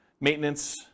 maintenance